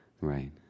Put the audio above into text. Right